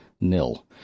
nil